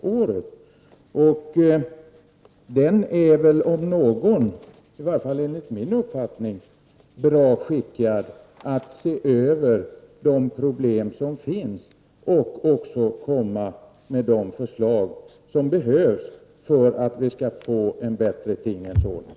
Utredningen är väl, om någon, i varje fall enligt min uppfattning, bra skickad att se över de problem som finns och också att komma med de förslag som behövs för att vi skall få en bättre tingens ordning.